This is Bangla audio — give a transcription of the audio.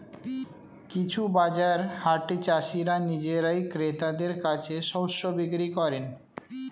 কিছু বাজার হাটে চাষীরা নিজেরাই ক্রেতাদের কাছে শস্য বিক্রি করেন